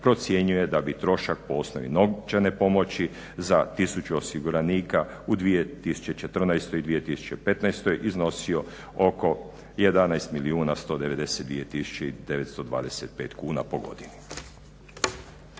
procjenjuje da bi trošak po osnovi novčane pomoći za tisuću osiguranika u 2014. i 2015. iznosio oko 11 milijuna 192